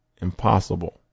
impossible